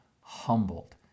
humbled